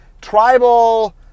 Tribal